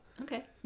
okay